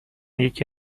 یکی